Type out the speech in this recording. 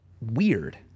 weird